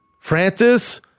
Francis